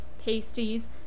pasties